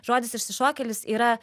žodis išsišokėlis yra